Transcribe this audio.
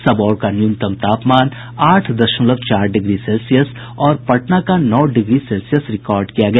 सबौर का न्यूनतम तापमान आठ दशमलव चार डिग्री सेल्सियस और पटना का नौ डिग्री सेल्सियस रिकॉर्ड किया गया